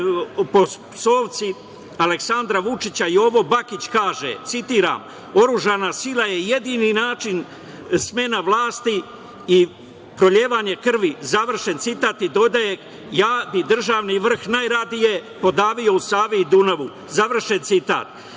po psovci, Aleksandra Vučića, Jovo Bakić kaže, citiram – oružana sila je jedini način smena vlasti i prolivanje krvi, završen citat i dodaje – ja bih državni vrh najradije podavio u Savi i Dunavu, završen citat. Gde